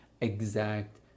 exact